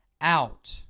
out